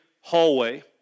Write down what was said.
hallway